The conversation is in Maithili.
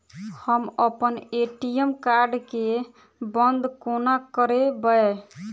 हम अप्पन ए.टी.एम कार्ड केँ बंद कोना करेबै?